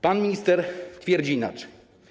Pan minister twierdzi inaczej.